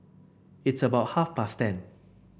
its about half past ten